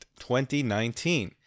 2019